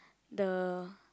the